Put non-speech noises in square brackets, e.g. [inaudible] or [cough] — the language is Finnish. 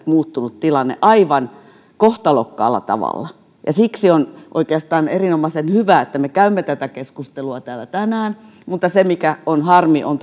[unintelligible] muuttunut tilanne aivan kohtalokkaalla tavalla siksi on oikeastaan erinomaisen hyvä että me käymme tätä keskustelua täällä tänään mutta se mikä on harmi on [unintelligible]